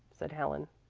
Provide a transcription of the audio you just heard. said helen.